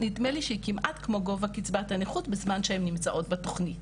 נדמה לי שהיא כמעט כמו גודל קצבת הנכות בזמן שהן נמצאות בתוכנית,